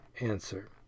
Answer